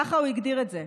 ככה הוא הגדיר את זה.